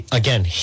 again